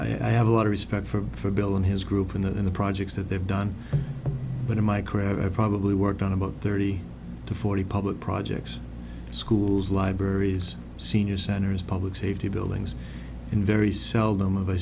put i have a lot of respect for bill and his group in the in the projects that they've done but in my credit probably worked on about thirty to forty public projects schools libraries senior centers public safety buildings in very seldom